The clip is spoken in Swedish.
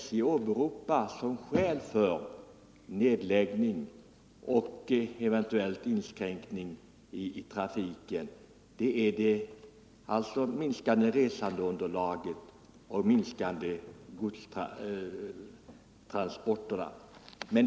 SJ åberopar som skäl för nedläggning av eller inskränkning i trafiken det minskade resandeunderlaget och de minskade godsmängderna.